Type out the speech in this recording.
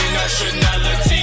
nationality